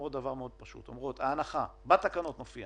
בתקנות מופיע